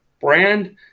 brand